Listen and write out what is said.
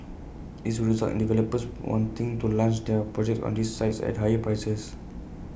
this will result in developers wanting to launch their projects on these sites at higher prices